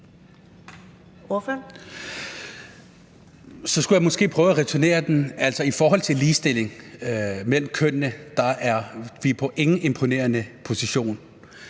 Så skulle jeg måske prøve at returnere den. Altså, i forhold til ligestilling mellem kønnene har vi ingen imponerende position.